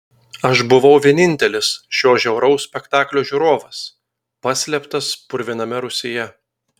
aš buvau vienintelis šio žiauraus spektaklio žiūrovas paslėptas purviname rūsyje